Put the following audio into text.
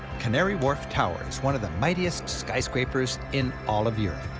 canary wharf tower is one of the mightiest skyscrapers in all of europe.